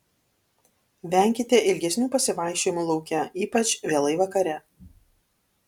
venkite ilgesnių pasivaikščiojimų lauke ypač vėlai vakare